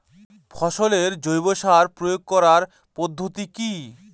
ফসলে জৈব সার প্রয়োগ করার পদ্ধতি কি?